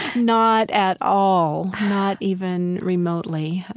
not at all, not even remotely.